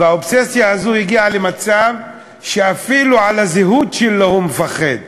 והאובססיה הזאת הגיעה למצב שאפילו על הזהות שלו הוא מפחד.